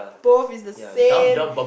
both is the same